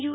you